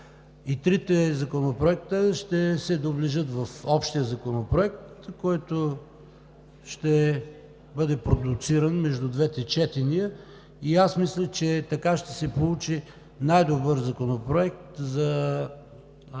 трите законопроекта ще се доближат до Общия законопроект, който ще бъде редуциран между двете четения и мисля, че така ще се получи най-добър законопроект за второ